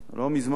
לא מזמן,